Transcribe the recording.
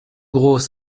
groß